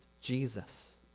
Jesus